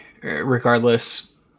regardless